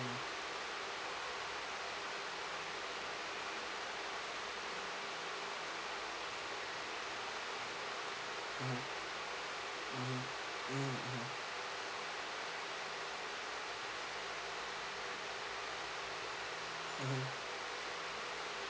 mm